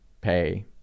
pay